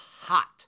hot